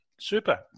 super